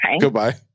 goodbye